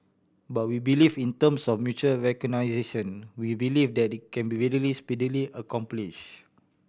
but we believe in terms of mutual recognition we believe that can be readily and speedily accomplished